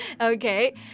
Okay